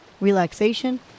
relaxation